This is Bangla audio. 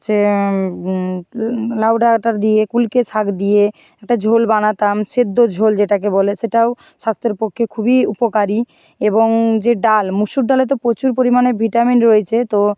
হচ্ছে লাউ ডাঁটার দিয়ে কুলকে শাক দিয়ে একটা ঝোল বানাতাম সেদ্ধ ঝোল যেটাকে বলে সেটাও স্বাস্থ্যের পক্ষে খুবই উপকারী এবং যে ডাল মসুর ডালে তো প্রচুর পরিমাণে ভিটামিন রয়েছে তো